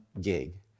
gig